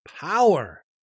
power